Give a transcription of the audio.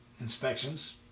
inspections